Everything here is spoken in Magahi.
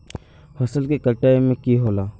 फसल के कटाई में की होला?